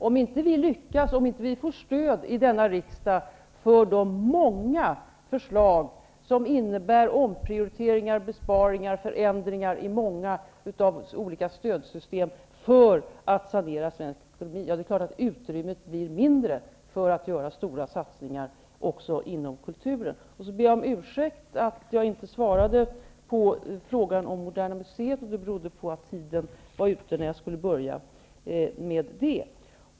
Om vi inte får stöd i riksdagen för de många förslag som innebär omprioriteringar, besparingar och förändringar i många stödsystem för att sanera svensk ekonomi, blir utrymmet för att göra stora satsningar också inom kulturen mindre. Jag ber om ursäkt för att jag inte svarade på frågan om Moderna museet. Det berodde på att taletiden var ute när jag skulle börja göra det.